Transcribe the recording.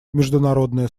международное